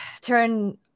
turn